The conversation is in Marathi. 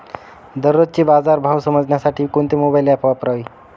दररोजचे बाजार भाव समजण्यासाठी कोणते मोबाईल ॲप वापरावे?